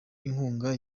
inkunga